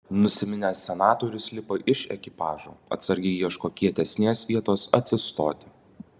nusiminęs senatorius lipa iš ekipažo atsargiai ieško kietesnės vietos atsistoti